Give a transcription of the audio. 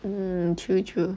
mm true true